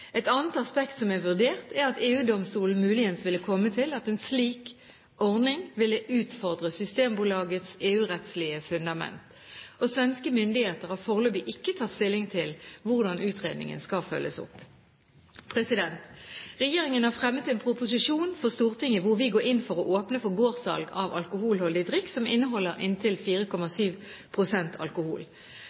komme til at en slik ordning ville utfordre Systembolagets EU-rettslige fundament. Svenske myndigheter har foreløpig ikke tatt stilling til hvordan utredningen skal følges opp. Regjeringen har fremmet en proposisjon for Stortinget hvor vi går inn for å åpne for gårdssalg av alkoholholdig drikk som inneholder inntil 4,7 pst. alkohol.